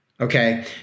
okay